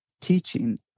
teaching